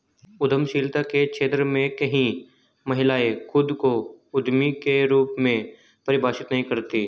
उद्यमशीलता के क्षेत्र में कई महिलाएं खुद को उद्यमी के रूप में परिभाषित नहीं करती